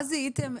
מה זיהיתם?